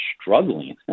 struggling